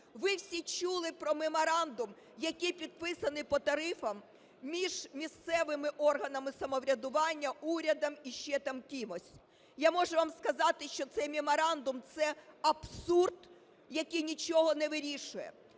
Ви всі чули про меморандум, який підписаний по тарифам між місцевими органами самоврядування, урядом і ще там кимось. Я можу вам сказати, що цей меморандум – це абсурд, який нічого не вирішує.